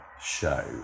show